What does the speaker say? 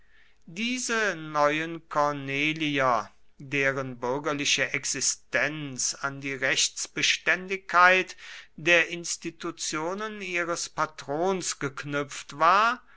diese neuen cornelier deren bürgerliche existenz an die rechtsbeständigkeit der institutionen ihres patrons geknüpft war